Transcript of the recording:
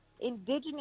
indigenous